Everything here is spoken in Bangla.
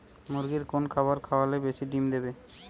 মুরগির কোন খাবার খাওয়ালে বেশি ডিম দেবে?